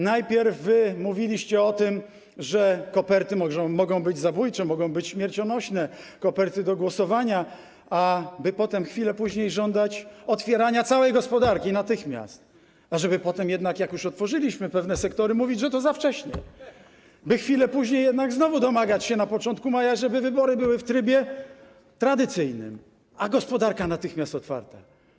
Najpierw mówiliście o tym, że koperty mogą być zabójcze, mogą być śmiercionośne, chodzi o koperty do głosowania, by potem, chwilę później żądać otwierania całej gospodarki, natychmiast, ażeby potem jednak, jak już otworzyliśmy pewne sektory, mówić, że to za wcześnie, by chwilę później, na początku maja jednak znowu domagać się, żeby wybory były w trybie tradycyjnym, a gospodarka natychmiast otwarta.